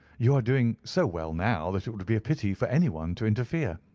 you are doing so well now that it would be a pity for anyone to interfere.